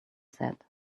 said